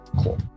Cool